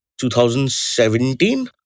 2017